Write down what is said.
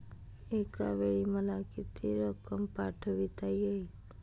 एकावेळी मला किती रक्कम पाठविता येईल?